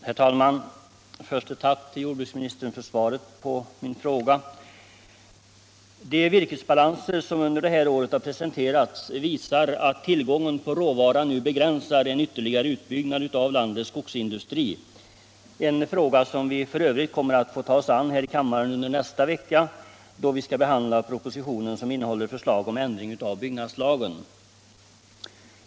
Herr talman! Först ett tack till jordbruksministern för svaret på min fråga. De virkesbalanser Som under året presenterats visar, att tillgången på råvara nu begränsar en ytterligare utbyggnad av landets skogsindustri — en fråga som vi f. ö. kommer att få ta oss an i kammaren under nästa vecka, då vi skall behandla propositionen med förslag om ändring av byggnadslagen.